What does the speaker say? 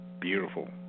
beautiful